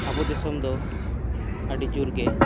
ᱟᱵᱚ ᱫᱤᱥᱚᱢ ᱫᱚ ᱟᱹᱰᱤ ᱡᱳᱨ ᱜᱮ